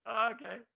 Okay